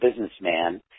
businessman